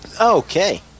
Okay